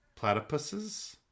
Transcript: platypuses